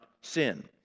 sin